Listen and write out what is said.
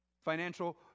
Financial